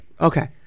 Okay